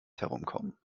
herumkommen